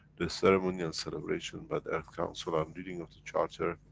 the ceremony and celebration by the earth council and reading of the charter,